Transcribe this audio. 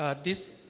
ah this